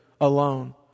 alone